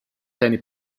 seine